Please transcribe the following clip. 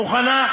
מוכנה?